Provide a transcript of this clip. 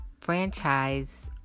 franchise